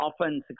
Often